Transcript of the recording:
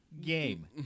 Game